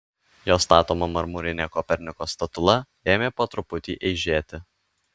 jo statoma marmurinė koperniko statula ėmė po truputį eižėti